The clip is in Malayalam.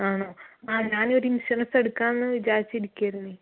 ആണോ ആ ഞാൻ ഒരു ഇൻഷുറൻസ് എടുക്കാമെന്ന് വിചാരിച്ചു ഇരിക്കുവായിരുന്നെ